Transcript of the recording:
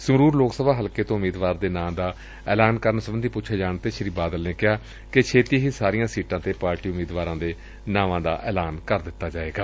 ਸੰਗਰੁਰ ਲੋਕ ਸਭਾ ਹਲਕੇ ਤੋਂ ਉਮੀਦਵਾਰ ਦੇ ਨਾਂ ਦਾ ਐਲਾਨ ਕਰਨ ਸਬੰਧੀ ਪੁੱਛੇ ਜਾਣ ਤੇ ਸ੍ਰੀ ਬਾਦਲ ਨੇ ਕਿਹਾ ਕਿ ਛੇਤੀ ਹੀ ਸਾਰੀਆਂ ਸੀਟਾਂ ਤੇ ਪਾਰਟੀ ਉਮੀਦਵਾਰਾਂ ਦੇ ਨਾਵਾਂ ਦਾ ਐਲਾਨ ਕਰ ਦਿੱਤਾ ਜਾਏਗਾ